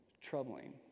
troubling